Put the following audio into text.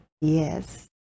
Yes